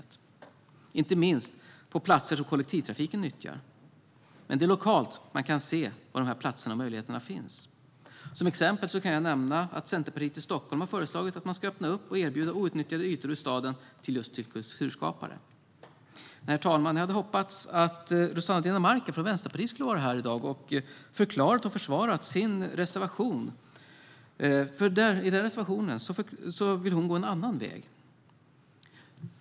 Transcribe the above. Det gäller inte minst platser som kollektivtrafiken nyttjar. Det är lokalt man kan se var dessa platser och möjligheter finns. Som exempel kan jag nämna att Centerpartiet i Stockholm har föreslagit att man ska öppna upp och erbjuda outnyttjade ytor i staden till kulturskapare. Herr talman! Jag hade hoppats att Rossana Dinamarca från Vänsterpartiet skulle vara här i dag och förklarat och försvarat sin reservation. Hon och Vänsterpartiet vill nämligen gå en annan väg.